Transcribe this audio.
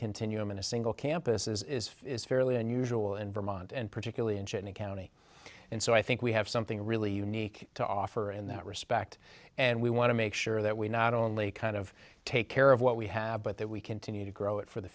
continuum in a single campus as is is fairly unusual in vermont and particularly in china county and so i think we have something really unique to offer in that respect and we want to make sure that we not only kind of take care of what we have but that we continue to grow it for the